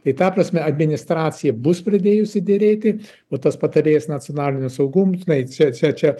tai ta prasme administracija bus pradėjusi derėti o tas patarėjas nacionalinio saugum žinai čia čia čia